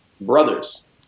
brothers